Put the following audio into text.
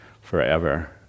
forever